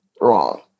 wrong